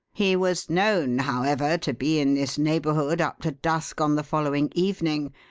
he was known, however, to be in this neighbourhood up to dusk on the following evening,